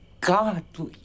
godly